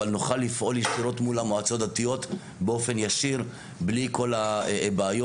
אבל נוכל לפעול ישירות מול המועצות הדתיות באופן ישיר בלי כל הבעיות.